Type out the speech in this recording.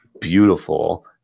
beautiful